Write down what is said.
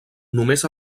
només